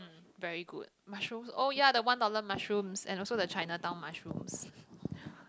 very good mushrooms oh ya the one dollar mushrooms and also the Chinatown mushrooms